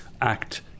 act